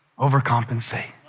overcompensate.